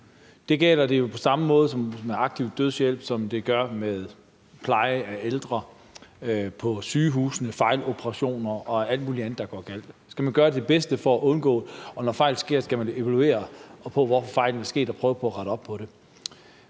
Der gælder det samme for aktiv dødshjælp, som der gør for pleje af ældre på sygehusene, fejloperationer og alt muligt andet, der går galt. Der skal man gøre sit bedste for at undgå fejl, og når der sker fejl, skal man evaluere på, hvorfor fejlene er sket, og prøve på at rette op på dem.